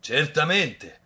Certamente